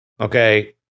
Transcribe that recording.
okay